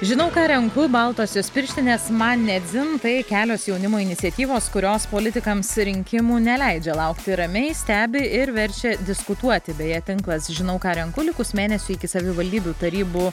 žinau ką renku baltosios pirštinės man ne dzin tai kelios jaunimo iniciatyvos kurios politikams rinkimų neleidžia laukti ramiai stebi ir verčia diskutuoti beje tinklas žinau ką renku likus mėnesiui iki savivaldybių tarybų